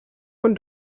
von